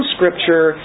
Scripture